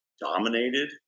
dominated